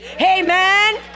Amen